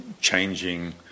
changing